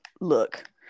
Look